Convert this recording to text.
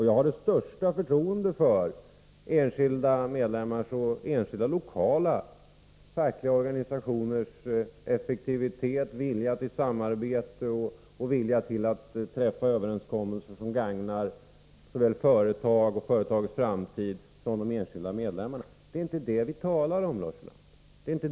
Jag har det största förtroende för enskilda medlemmars och enskilda lokala fackliga organisationers effektivitet, vilja till samarbete och vilja till att träffa överenskommelser som gagnar såväl företaget, företagets framtid som de enskilda medlemmarna. Det är inte detta vi talar om, Lars Ulander.